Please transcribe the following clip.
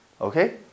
Okay